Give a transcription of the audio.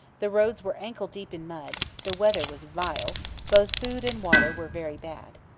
the roads were ankle-deep in mud the weather was vile both food and water were very bad.